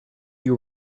you